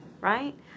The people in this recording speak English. Right